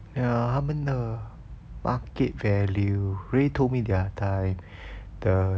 ya 他们的 market value ray told me the other time the